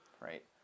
Right